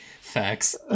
Facts